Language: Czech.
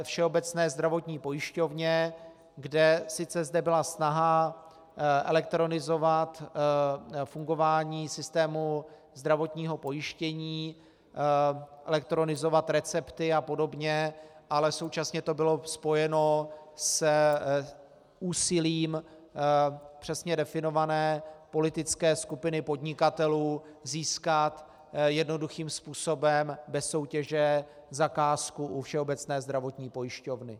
Všeobecné zdravotní pojišťovně, kde sice byla snaha elektronizovat fungování systému zdravotního pojištění, elektronizovat recepty a podobně, ale současně to bylo spojeno s úsilím přesně definované politické skupiny podnikatelů získat jednoduchým způsobem bez soutěže zakázku u Všeobecné zdravotní pojišťovny.